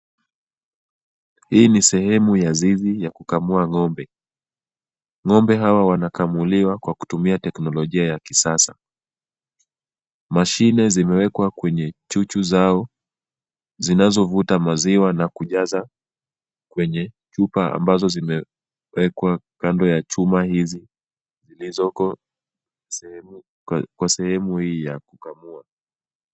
Hii ni sehemu ya zizi ya kukamua ng'ombe.Ng'ombe hawa wanakamuliwa kwa kutumia teknolojia ya kisasa. Mashine zimewekwa kwenye chuchu zao zinazovuta maziwa na kujaza kwenye chupa ambazo zimewekwa kando ya chuma hizi zilizoko sehemu kwa sehemu hii ya kukamua.